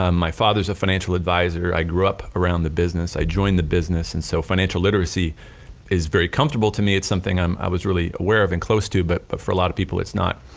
um my father is a financial advisor i grew up around the business, i joined the business and so financial literacy is very comfortable to me it's something um i was really aware of and close to but but for a lot of people it's not.